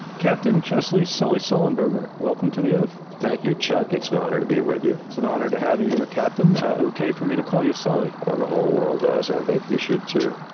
captain chesley sully sullenberger, welcome to the oath. thank you, chuck. it's an honor to be with you. it's an honor to have you here captain. okay for me to call you sully? oh, the whole world does, i think you should too.